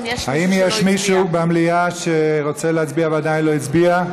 האם יש מישהו במליאה שרוצה להצביע ועדיין לא הצביע?